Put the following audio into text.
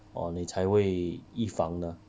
or 你才会预防呢